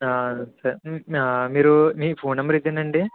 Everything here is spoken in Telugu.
సరే మీరు మీ ఫోన్ నంబర్ ఇదేనా అండి